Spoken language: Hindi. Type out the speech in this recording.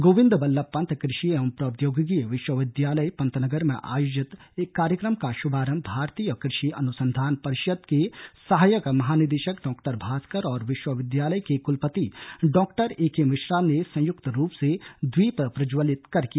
गोविंद बल्लभ पंत कृषि एवं प्रौद्योगिक विश्वविद्यालय पंतनगर में आयोजित कार्यक्रम का शुभारंभ भारतीय कृषि अनुसंधान परिषद के सहायक महानिदेशक डॉ भास्कर और विश्वविद्यालय के कुलपति डॉक्टर ए के मिश्रा ने संयुक्त रूप से दीप प्रज्वलित कर किया